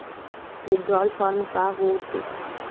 withdrawal form का होथेय